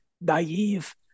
naive